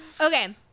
Okay